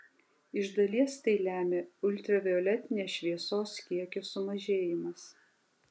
iš dalies tai lemia ultravioletinės šviesos kiekio sumažėjimas